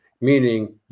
meaning